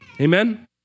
Amen